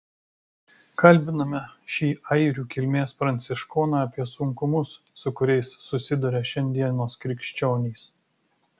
kalbiname šį airių kilmės pranciškoną apie sunkumus su kuriais susiduria šiandienos krikščionys